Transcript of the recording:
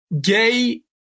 Gay